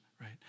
right